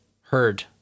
heard